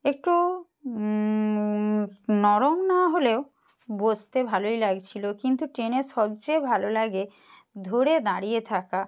একটু নরম না হলেও বসতে ভালোই লাগছিলো কিন্তু ট্রেনে সবচেয়ে ভালো লাগে ধরে দাঁড়িয়ে থাকা